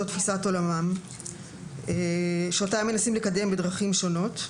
תפיסת עולמם ואותה מנסים לקדם בדרכים שונות.